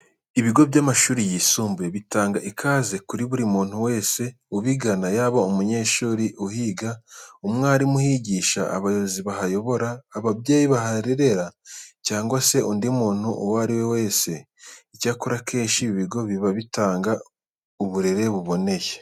Ibigo by'amashuri yisumbuye bitanga ikaze kuri buri muntu wese ubigana yaba umunyeshuri uhiga, umwarimu uhigisha, abayobozi bahayobora, ababyeyi baharerera cyangwa se undi muntu uwo ari we wese. Icyakora akenshi ibi bigo biba bitanga uburere buboneye.